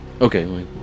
Okay